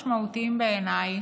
שהם משמעותיים מאוד בעיניי,